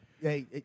hey